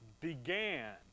began